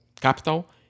capital